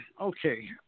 Okay